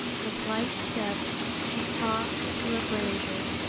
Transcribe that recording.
with light steps she crossed to a brazier,